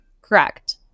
Correct